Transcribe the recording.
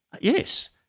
yes